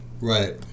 Right